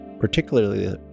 Particularly